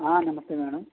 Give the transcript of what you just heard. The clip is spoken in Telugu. నమస్తే మేడం